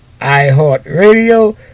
iHeartRadio